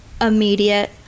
immediate